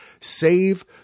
save